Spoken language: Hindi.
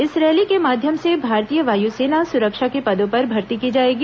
इस रैली के माध्यम से भारतीय वायुसेना सुरक्षा के पदों पर भर्ती की जाएगी